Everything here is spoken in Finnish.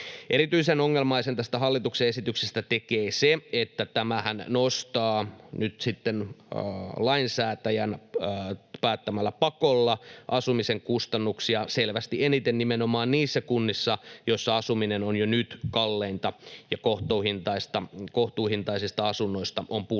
Erityisen ongelmaisen tästä hallituksen esityksestä tekee se, että tämähän nostaa nyt sitten lainsäätäjän päättämällä pakolla asumisen kustannuksia selvästi eniten nimenomaan niissä kunnissa, joissa asuminen on jo nyt kalleinta ja kohtuuhintaisista asunnoista on pulaa.